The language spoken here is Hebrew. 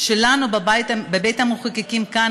על שבבית-המחוקקים כאן,